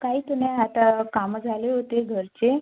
काहीच नाही आता कामं झाले होते घरचे